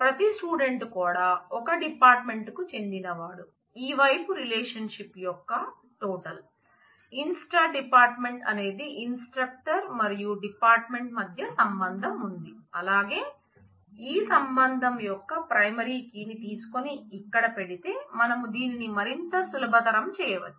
ప్రతి స్టూడెంట్ కూడా ఒక డిపార్ట్మెంట్ కు చెందినవాడు ఈ వైపు రిలేషన్షిప్ యొక్క టోటల్ ని తీసుకొని ఇక్కడ పెడితే మనం దీనిని మరింత సులభతరం చేయవచ్చు